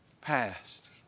past